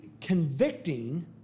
convicting